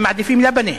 הם מעדיפים לבנה,